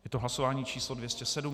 Je to hlasování číslo 207.